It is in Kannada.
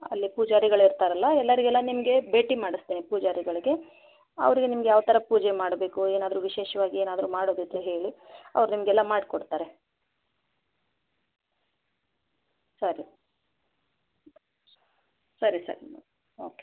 ಅಲ್ಲಿ ಪೂಜಾರಿಗಳು ಇರ್ತಾರಲ್ಲ ಎಲ್ಲರಿಗೆ ಎಲ್ಲ ನಿಮಗೆ ಭೇಟಿ ಮಾಡಸ್ತೇನೆ ಪೂಜಾರಿಗಳಿಗೆ ಅವ್ರಿಗೆ ನಿಮ್ಗೆ ಯಾವ ಥರ ಪೂಜೆ ಮಾಡಬೇಕು ಏನಾದ್ರೂ ವಿಶೇಷ್ವಾಗಿ ಏನಾದ್ರೂ ಮಾಡೋದಿದ್ದರೆ ಹೇಳಿ ಅವ್ರು ನಿಮ್ಗೆ ಎಲ್ಲ ಮಾಡಿಕೊಡ್ತಾರೆ ಸರಿ ಸರಿ ಸರಿ ಓಕೆ